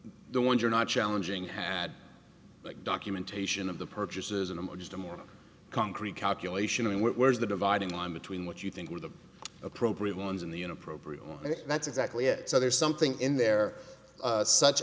the ones you're not challenging had like documentation of the purchases and i'm just a more concrete calculation of where is the dividing line between what you think are the appropriate ones in the unit probe and that's exactly it so there's something in there such